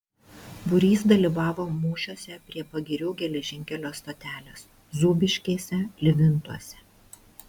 būrys dalyvavo mūšiuose prie pagirių geležinkelio stotelės zūbiškėse livintuose